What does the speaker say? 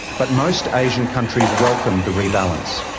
but most asian countries welcomed the rebalance.